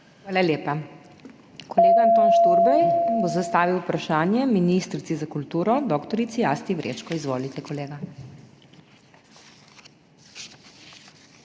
Hvala lepa. Kolega Anton Šturbej bo zastavil vprašanje ministrici za kulturo dr. Asti Vrečko. Izvolite, kolega.